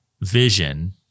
vision